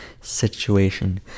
situation